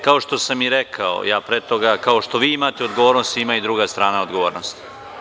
Kao što sam i rekao ja pre toga, kao što vi imate odgovornost ima i druga strana odgovornost.